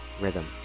rhythm